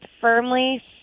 firmly